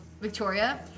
Victoria